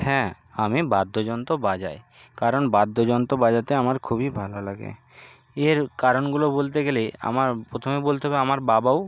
হ্যাঁ আমি বাদ্যযন্ত্র বাজাই কারণ বাদ্যযন্ত্র বাজাতে আমার খুবই ভালো লাগে এর কারণগুলো বলতে গেলে আমার প্রথমে বলতে হবে আমার বাবাও